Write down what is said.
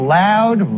loud